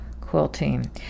quilting